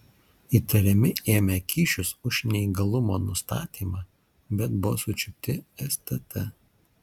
įtariami ėmę kyšius už neįgalumo nustatymą bet buvo sučiupti stt